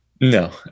No